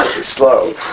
slow